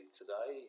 today